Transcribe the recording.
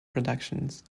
productions